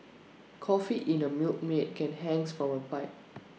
coffee in A Milkmaid can hangs from A pipe